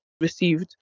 received